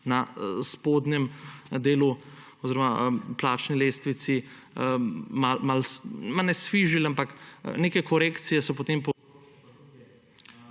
na spodnjem delu plačne lestvice malo ne sfižilo, ampak neke korekcije so potem povzročile